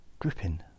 dripping